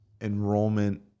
enrollment